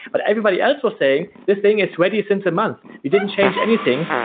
but everybody else was saying the thing is ready since a month. you didn't change anything.